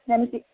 यानिकि